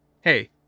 Hey